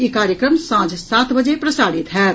ई कार्यक्रम सांझ सात बजे प्रसारित होयत